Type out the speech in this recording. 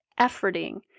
efforting